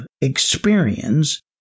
experience